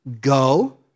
Go